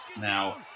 Now